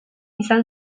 izan